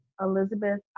Elizabeth